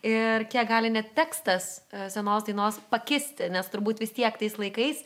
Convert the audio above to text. ir kiek gali net tekstas senos dainos pakisti nes turbūt vis tiek tais laikais